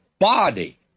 body